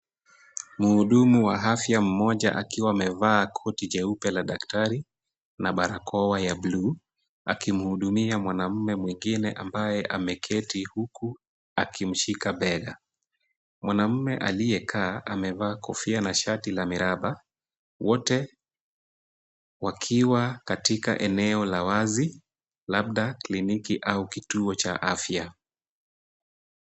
Mhudumu wa afya mmoja akiwa amevaa koti jeupe la daktari na barakoa ya blue akimhudumia mwanaume mwingine ambaye ameketi huku akimshika bega. Mwanaume aliyekaa amevaa kofia na shati la miraba. Wote wakiwa katika eneo la wazi labda kliniki au kituo cha afya.